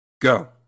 go